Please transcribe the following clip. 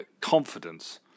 confidence